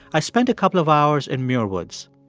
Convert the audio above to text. i spent a couple of hours in muir woods.